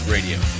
Radio